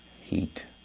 heat